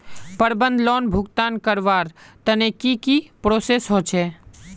प्रबंधन लोन भुगतान करवार तने की की प्रोसेस होचे?